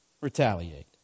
retaliate